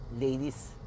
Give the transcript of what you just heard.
ladies